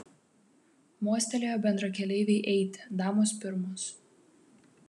mostelėjo bendrakeleivei eiti damos pirmos